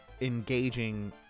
engaging